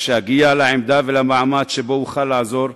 כשאגיע לעמדה ולמעמד שבהם אוכל לעזור,